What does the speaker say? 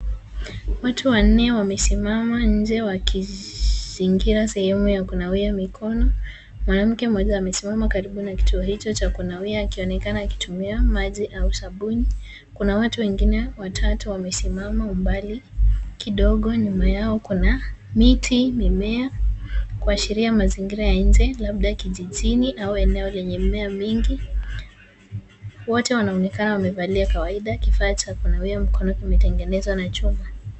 Watu wanne wamesimama nje wakizingira sehemu ya kunawia mikono. Mwanamke mmoja amesimama karibu na kituo hicho cha kunawia akionekana akitumia maji au sabuni. Kuna wengine watu watatu wamesimama umbali kidogo nyuma yao kuna miti mimea, kuashiria mazingira ya nje labda kijijini au eneo lenye mimea mingi. Wote wanaonekana kuvalia kawaida. Kifaa cha kunawia kimetengenezwa na chuma.